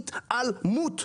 התעלמות,